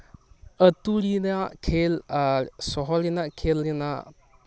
ᱟᱹᱛᱩ ᱨᱮᱭᱟᱜ ᱠᱷᱮᱞ ᱟᱨ ᱥᱚᱦᱚᱨ ᱨᱮᱭᱟᱜ ᱠᱷᱮᱞ ᱨᱮᱭᱟᱜ